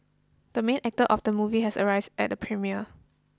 the main actor of the movie has arrived at the premiere